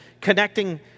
connecting